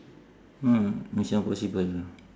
mm mission impossible